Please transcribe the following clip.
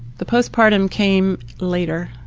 the postpartum came later.